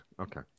okay